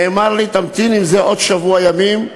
נאמר לי: תמתין עם זה עוד שבוע ימים,